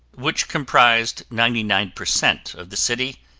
which compressed ninety nine percent of the city,